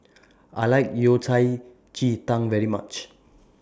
I like Yao Cai Ji Tang very much